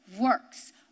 works